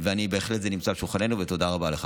וזה בהחלט נמצא על שולחננו, ותודה רבה לך.